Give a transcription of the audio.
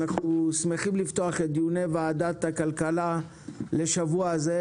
אנחנו שמחים לפתוח את דיוני ועדת הכלכלה לשבוע זה,